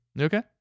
Okay